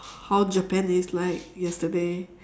how japan is like yesterday